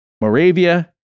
Moravia